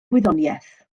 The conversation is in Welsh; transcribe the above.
gwyddoniaeth